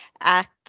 act